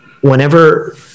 whenever